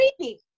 creepy